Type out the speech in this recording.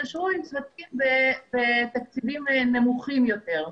התקשרו בתקציבים נמוכים יותר.